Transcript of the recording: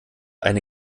eine